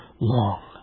Long